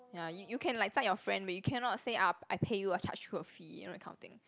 ya you you can like 载 your friend but you cannot say ah I pay you I charge you a fee you know that kind of thing